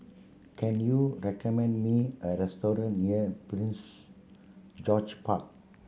can you recommend me a restaurant near Prince George Park